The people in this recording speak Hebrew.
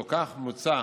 ובתוך כך מוצע